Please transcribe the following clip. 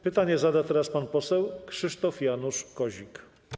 Pytanie zada pan poseł Krzysztof Janusz Kozik.